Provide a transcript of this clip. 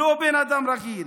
לא בן אדם רגיל.